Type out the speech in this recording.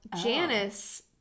Janice